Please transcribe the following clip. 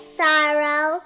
sorrow